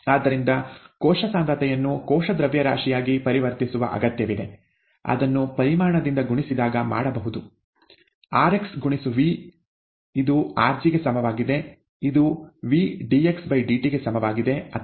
ಆದ್ದರಿಂದ ಕೋಶ ಸಾಂದ್ರತೆಯನ್ನು ಕೋಶ ದ್ರವ್ಯರಾಶಿಯಾಗಿ ಪರಿವರ್ತಿಸುವ ಅಗತ್ಯವಿದೆ ಅದನ್ನು ಪರಿಮಾಣದಿಂದ ಗುಣಿಸಿದಾಗ ಮಾಡಬಹುದು rxV rg V dxdt ಅಥವಾ rx dxdt